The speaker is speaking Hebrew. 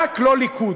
רק לא ליכוד.